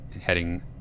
heading